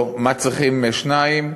למה צריכים שניים?